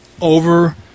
over